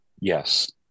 Yes